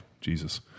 Jesus